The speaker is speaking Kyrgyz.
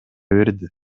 берди